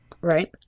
Right